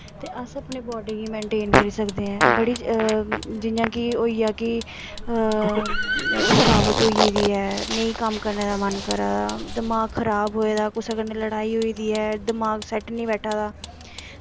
अस अपनी बॉड्डी गी मैन्टेन करी सकदे ऐं बड़ी जि'यां कि होईया कि थकावट होई गेदी ऐ नेईं कम्म करने दा मन करा दा दमाक खराब होए दा कुसै कन्नै लड़ाई होई दी ऐ दमाक सैट्ट निं बैठा दा